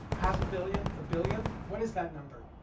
half a billion? a billion? what is that number?